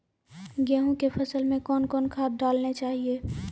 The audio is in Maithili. गेहूँ के फसल मे कौन कौन खाद डालने चाहिए?